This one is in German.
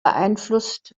beeinflusst